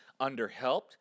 underhelped